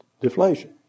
deflation